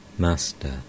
Master